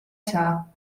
saa